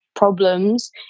problems